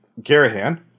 Garahan